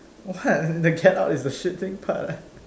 what the get out is the shitting part lah